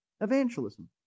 evangelism